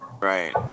Right